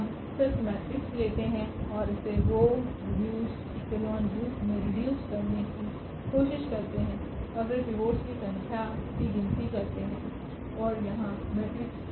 हम सिर्फ मेट्रिक्स लेते हैं और इसे रो रीडयुस्ड इक्लोन रूप में रीडयुस्ड करने की कोशिश करते हैं और फिर पिवोट्स की संख्या की गिनती करते हैं और यही मेट्रिक्स की रेंक है